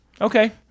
Okay